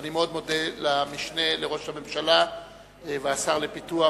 אני מאוד מודה למשנה לראש הממשלה והשר לפיתוח,